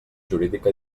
jurídica